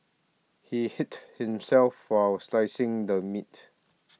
he hit himself while slicing the meat